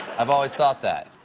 i've always thought that.